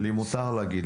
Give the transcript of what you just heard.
לי מותר להגיד,